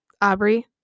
Aubrey